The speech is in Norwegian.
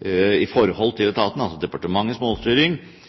overfor etaten, altså departementets målstyring, har vært for dårlig, for lite kvantifiserbar og for lite proaktiv. Er statsråden overbevist om at departementets målstyring